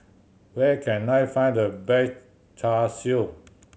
where can I find the best Char Siu